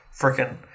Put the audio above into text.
freaking